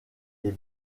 les